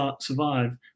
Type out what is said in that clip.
survive